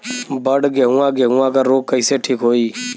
बड गेहूँवा गेहूँवा क रोग कईसे ठीक होई?